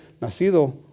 nacido